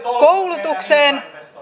koulutukseen